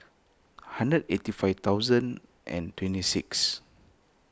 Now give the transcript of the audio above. hundred eighty five thousand and twenty six